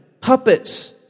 Puppets